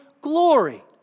glory